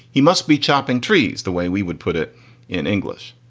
he must be chopping trees the way we would put it in english.